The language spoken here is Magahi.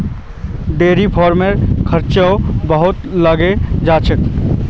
डेयरी फ़ार्मिंगत खर्चाओ बहुत लागे जा छेक